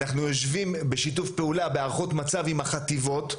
אנחנו יושבים בשיתוף פעולה בהערכות מצב עם החטיבות,